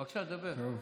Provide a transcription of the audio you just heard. בבקשה, דבר.